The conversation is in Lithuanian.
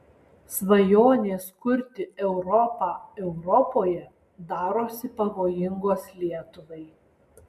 svajonės kurti europą europoje darosi pavojingos lietuvai